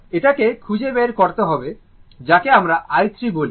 এটাকে খুঁজে বের করতে হবে যাকে আমরা i 3 বলি